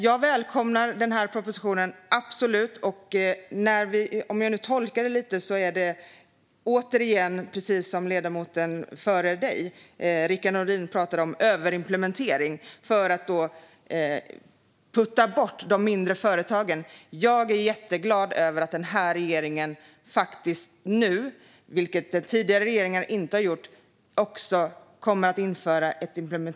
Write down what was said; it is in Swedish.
Jag välkomnar absolut propositionen. Om jag tolkar ledamoten rätt talar hon om samma sak som Rickard Nordin tidigare gjorde, det vill säga om överimplementering som skulle putta bort de mindre företagen. Jag är därför jätteglad över att regeringen nu också kommer att införa ett implementeringsråd, vilket den förra regeringen inte gjorde.